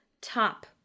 top